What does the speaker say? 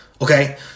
Okay